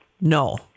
no